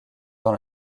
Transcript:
dans